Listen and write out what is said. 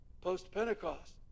post-Pentecost